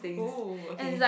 !oo! okay